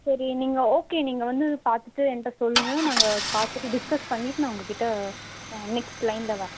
சரி நீங்கள் ஓகே நீங்கள் வந்து பார்த்துட்டு என்கிட்ட சொல்லுங்கள் நாங்கள் பார்த்துட்டு டிஸ்கஸ் பண்ணிட்டு நான் உங்கக்கிட்ட நெக்ஸ்ட் லைனில் வரேன்